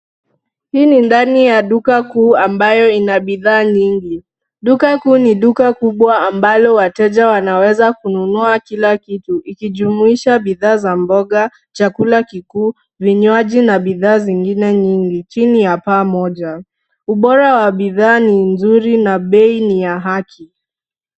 Hii ni ndani ya duka kuu ambayo ina bidhaa nyingi. Duka kuu ni duka kubwa ambalo wateja wanaweza kununua kila kitu ikijumuisha bidhaa za mboga, chakula kikuu, vinywaji na bidhaa zingine nyingi, chini ya paa moja. Ubora wa bidhaa ni nzuri na bei ni ya haki.